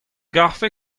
garfe